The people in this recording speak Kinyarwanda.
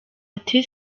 ati